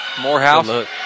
Morehouse